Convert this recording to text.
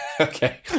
Okay